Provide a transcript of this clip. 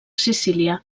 sicília